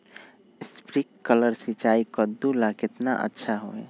Sprinkler सिंचाई कददु ला केतना अच्छा होई?